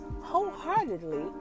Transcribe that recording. wholeheartedly